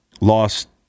lost